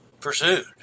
pursued